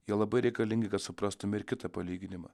jie labai reikalingi kad suprastumėme ir kitą palyginimą